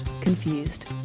Confused